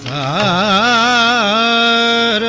aa